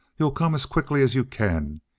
you'll come as quickly as you can?